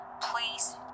Please